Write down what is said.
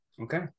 Okay